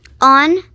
on